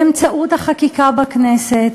באמצעות החקיקה בכנסת,